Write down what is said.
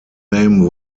name